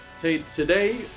Today